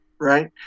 right